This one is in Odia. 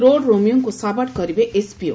ରୋଡ ରୋମିଓଙ୍କୁ ସାବାଡ଼ କରିବେ ଏସ୍ପିଓ